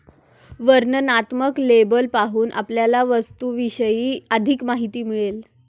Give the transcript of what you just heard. वर्णनात्मक लेबल पाहून आपल्याला वस्तूविषयी अधिक माहिती मिळेल